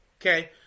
Okay